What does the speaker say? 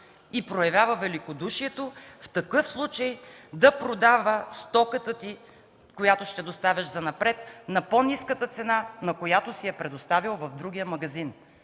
и проявява великодушието в такъв случай да продава стоката ти, която ще доставяш занапред на по-ниската цена, на която си я предоставял в другия магазин.